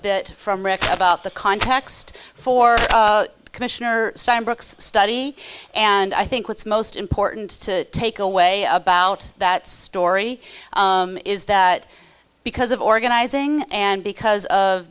bit from rick about the context for commissioner brooks study and i think what's most important to take away about that story is that because of organizing and because of